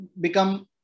become